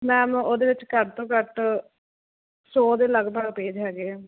ma'am ਉਹਦੇ ਵਿੱਚ ਘੱਟ ਤੋਂ ਘੱਟ ਸੌ ਦੇ ਲਗਪਗ ਪੇਜ ਹੈਗੇ ਐ